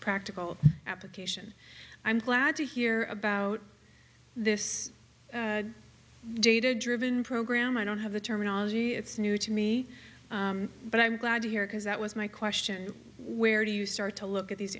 practical application i'm glad to hear about this data driven program i don't have the terminology it's new to me but i'm glad to hear because that was my question where do you start to look at these